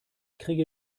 kriege